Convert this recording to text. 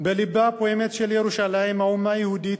בלבה הפועם של ירושלים, האומה היהודית,